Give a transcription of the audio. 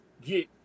get